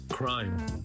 Crime